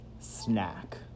Snack